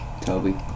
Toby